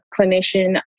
clinician